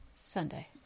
Sunday